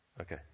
Okay